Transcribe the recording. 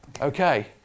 Okay